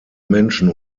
menschen